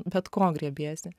bet ko griebiesi